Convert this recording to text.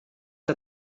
der